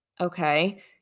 Okay